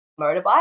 motorbike